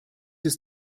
ist